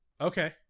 okay